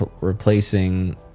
replacing